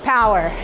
Power